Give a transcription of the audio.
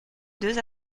deux